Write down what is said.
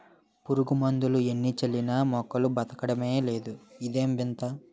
పురుగుమందులు ఎన్ని చల్లినా మొక్క బదకడమే లేదు ఇదేం వింత?